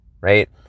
right